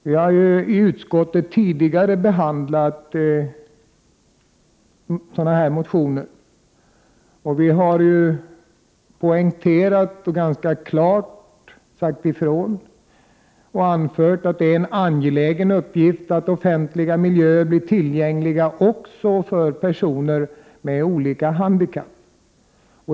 Vi har tidigare i utskottet behandlat motioner i denna fråga, och vi har poängterat att det är angeläget att offentliga miljöer blir tillgängliga också för personer med olika handikapp.